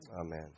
Amen